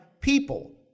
people